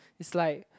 it's like